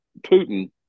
Putin